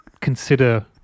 consider